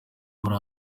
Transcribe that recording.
muri